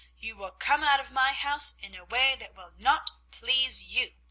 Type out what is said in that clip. you will come out of my house in a way that will not please you!